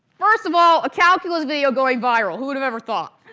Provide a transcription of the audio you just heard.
first of all a calculus video going viral, who would have ever thought?